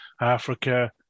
Africa